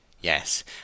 Yes